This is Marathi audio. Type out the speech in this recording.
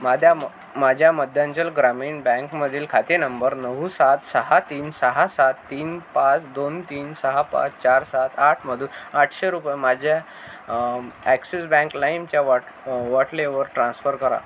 माद्या म माझ्या मध्यांचल ग्रामीण बँकमधील खाते नंबर नऊ सात सहा तीन सहा सात तीन पाच दोन तीन सहा पाच चार सात आठमधून आठशे रुपये माझ्या ॲक्सिस बँक लाईमच्या वॉट वॉटलेवर ट्रान्स्फर करा